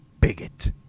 Bigot